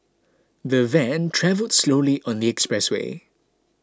the van travelled slowly on the expressway